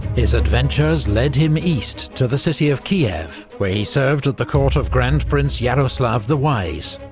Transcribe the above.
his adventures led him east to the city of kiev, where he served at the court of grand prince yaroslav the wise,